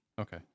Okay